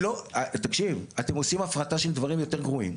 תקשיב אתם עושים הפרטה של דברים יותר גרועים,